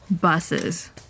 buses